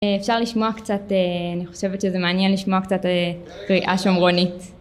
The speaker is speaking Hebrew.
אפשר לשמוע קצת אני חושבת שזה מעניין לשמוע קצת ראייה שומרונית